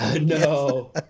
No